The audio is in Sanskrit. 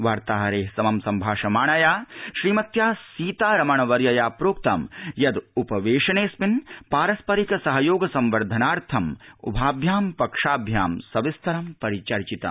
वार्ताहैरः सह सम्भाषमाणया श्रीमत्या सीतारमणवर्यया प्रोक्त यद उपवेशनेऽस्मिन् पारस्परिक सहयोग संवर्धनार्थम् उभाभ्यां पक्षाभ्यां सविस्तरं परिचर्चितम्